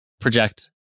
project